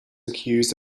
accused